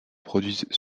produisent